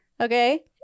Okay